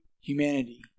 humanity